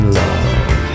love